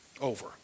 Over